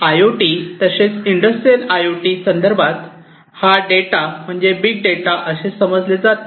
I O T तसेच industrial I O T यासंदर्भात हा डेटा म्हणजे बिग डेटा असे समजले जाते